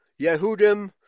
Yehudim